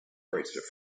bracelet